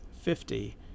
fifty